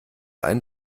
einen